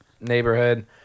neighborhood